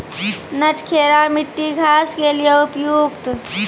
नटखेरा मिट्टी घास के लिए उपयुक्त?